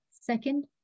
Second